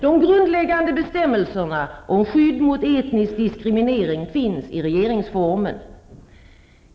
De grundläggande bestämmelserna om skydd mot etnisk diskriminering finns i regeringsformen.